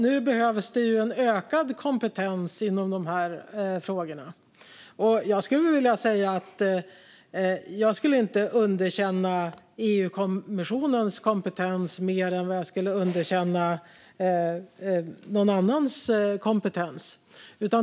Nu behövs en ökad kompetens i frågorna. Jag skulle inte underkänna EU-kommissionens kompetens mer än vad jag skulle underkänna någon annans kompetens.